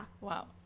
Wow